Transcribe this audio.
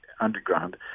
underground